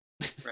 right